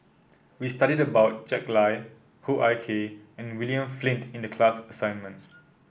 we studied about Jack Lai Hoo Ah Kay and William Flint in the class assignment